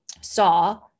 saw